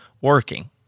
working